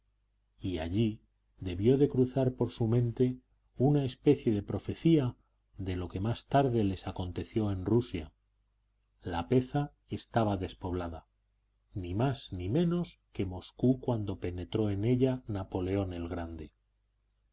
y allí debió de cruzar por su mente una especie de profecía de lo que más tarde les aconteció en rusia lapeza estaba despoblada ni más ni menos que moscú cuando penetró en ella napoleón el grande